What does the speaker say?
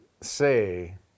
say